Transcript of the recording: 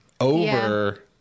Over